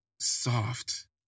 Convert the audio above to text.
soft